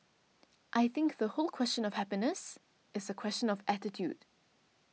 I think the whole question of happiness is a question of attitude